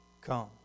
Come